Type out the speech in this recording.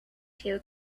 two